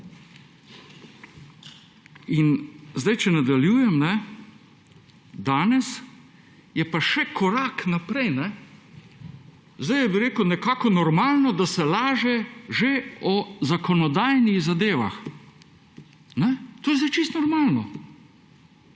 In zdaj, če nadaljujem, danes je pa še korak naprej. Zdaj je nekako normalno, da se laže že o zakonodajnih zadevah. To je zdaj čisto normalno: